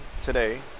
today